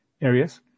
areas